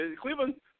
Cleveland